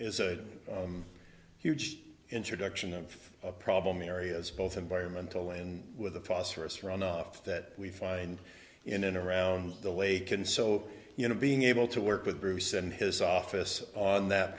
a huge introduction of problem areas both environmental and with the phosphorus runoff that we find in and around the lake and so you know being able to work with bruce and his office on that